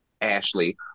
Ashley